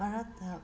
ꯃꯔꯛꯇ